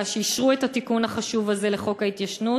שאישרו את התיקון החשוב הזה לחוק ההתיישנות.